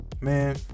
Man